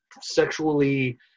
sexually